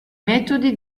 metodi